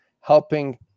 helping